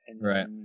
Right